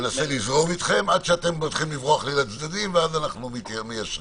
מנסה לזרום איתכם עד שאתם מתחילים לברוח לי לצדדים ואז אנחנו מיישרים.